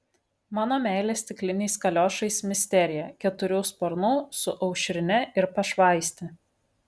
mano meilė stikliniais kaliošais misterija keturių sparnų su aušrine ir pašvaiste